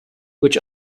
which